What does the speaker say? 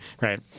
right